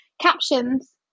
Captions